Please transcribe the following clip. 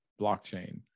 blockchain